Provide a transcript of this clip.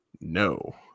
No